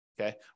Okay